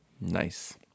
Nice